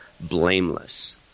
blameless